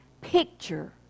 picture